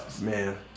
man